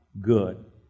good